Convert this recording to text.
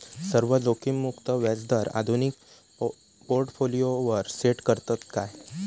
सर्व जोखीममुक्त व्याजदर आधुनिक पोर्टफोलियोवर सेट करतत काय?